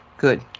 Good